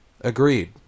Agreed